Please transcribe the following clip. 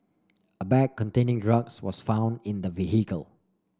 a bag containing drugs was found in the vehicle